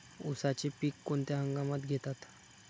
उसाचे पीक कोणत्या हंगामात घेतात?